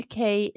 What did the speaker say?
UK